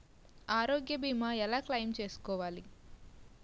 ఆరోగ్య భీమా ఎలా క్లైమ్ చేసుకోవాలి?